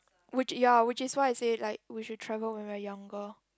which ya which is why I say like we should travel when we are younger